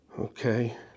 okay